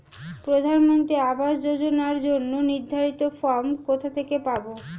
প্রধানমন্ত্রী আবাস যোজনার জন্য নির্ধারিত ফরম কোথা থেকে পাব?